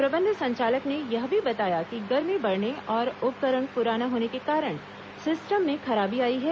प्रबंध संचालक ने यह भी बताया कि गर्मी बढ़ने और उपकरण पुराना होने के कारण सिस्टम में खराबी आई है